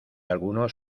algunos